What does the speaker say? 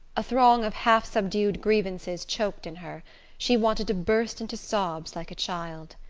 a throng of half-subdued grievances choked in her she wanted to burst into sobs like a child.